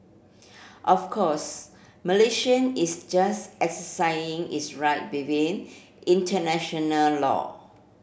of course Malaysian is just exercising its right within international law